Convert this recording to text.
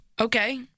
Okay